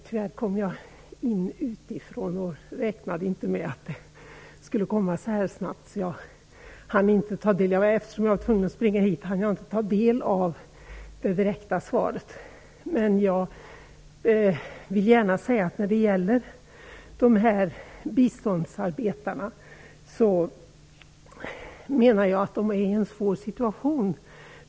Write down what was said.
Tyvärr tog jag miste på tiden och hann inte ta del av det direkta svaret. Biståndsarbetarna är enligt min mening i en svår situation.